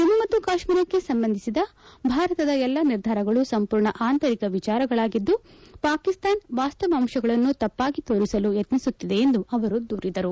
ಜಮ್ನು ಮತ್ತು ಕಾಶ್ಮೀರಕ್ಕೆ ಸಂಬಂಧಿಸಿದ ಭಾರತದ ಎಲ್ಲ ನಿರ್ಧಾರಗಳು ಸಂಪೂರ್ಣ ಆಂತರಿಕ ವಿಚಾರಗಳಾಗಿದ್ದು ಪಾಕಿಸ್ತಾನ ವಾಸ್ತಾವಾಂಶಗಳನ್ನು ತಪ್ಪಾಗಿ ತೋರಿಸಲು ಯತ್ನಿಸುತ್ತಿದೆ ಎಂದು ಅವರು ದೂರಿದರು